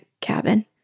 cabin